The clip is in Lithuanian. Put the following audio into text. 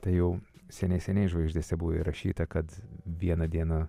tai jau seniai seniai žvaigždėse buvo įrašyta kad vieną dieną